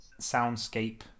soundscape